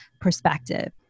perspective